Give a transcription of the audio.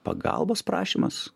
pagalbos prašymas